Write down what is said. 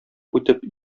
үтеп